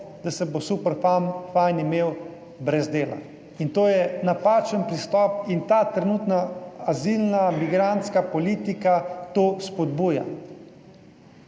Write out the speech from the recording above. da se bo super fam fajn imel brez dela. In to je napačen pristop in ta trenutna azilna migrantska politika to spodbuja.